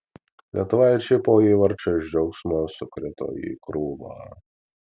lietuvaičiai po įvarčio iš džiaugsmo sukrito į krūvą